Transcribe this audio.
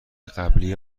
قبلی